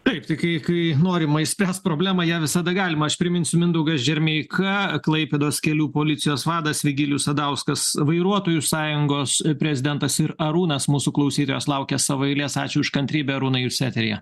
taip tik kai kai norima išspręst problemą ją visada galima aš priminsiu mindaugas džermeika klaipėdos kelių policijos vadas vigilijus sadauskas vairuotojų sąjungos prezidentas ir arūnas mūsų klausytojos laukia savo eilės ačiū už kantrybę arūnai jūs eteryje